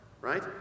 Right